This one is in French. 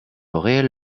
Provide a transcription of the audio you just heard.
réel